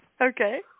Okay